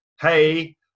hey